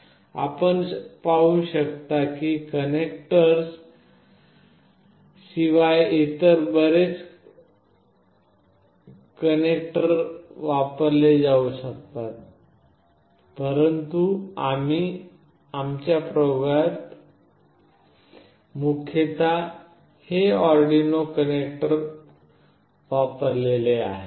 आपण पाहू शकता की या कनेक्टर्स शिवाय इतर बरेच कनेक्टर वापरले जाऊ शकतात परंतु आमच्या प्रयोगात आम्ही मुख्यतः हे ऑरडिनो कनेक्टर वापरलेले आहेत